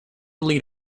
lead